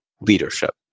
leadership